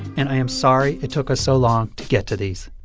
and i am sorry it took us so long to get to these